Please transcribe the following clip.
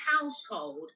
household